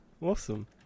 Awesome